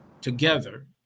together